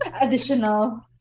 additional